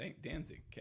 danzig